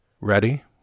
Ready